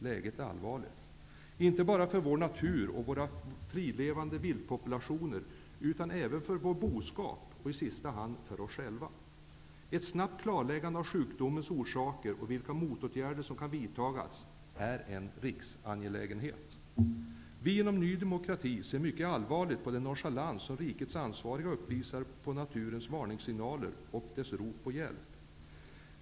Läget är allvarligt, inte bara för vår natur och våra frilevande viltpopulationer utan även för vår boskap och i sista hand för oss själva. Ett snabbt klarläggande av sjukdomens orsaker och vilka motåtgärder som kan vidtagas är en riksangelägenhet. Vi inom Ny demokrati ser mycket allvarligt på den nonchalans som rikets ansvariga uppvisar inför naturens varningssignaler och dess rop på hjälp.